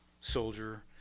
soldier